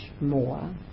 more